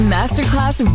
Masterclass